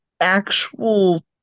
actual